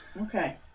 Okay